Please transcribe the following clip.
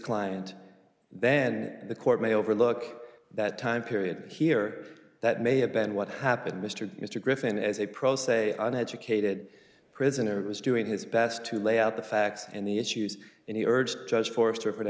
client then the court may overlook that time period here that may have been what happened mr mr griffin is a pro se an educated prisoner it was doing his best to lay out the facts and the issues and he urged judge forester for the